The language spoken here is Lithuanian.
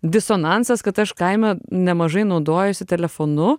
disonansas kad aš kaime nemažai naudojuosi telefonu